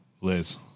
Liz